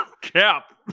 Cap